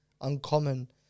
uncommon